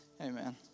amen